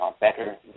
better